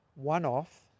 one-off